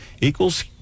equals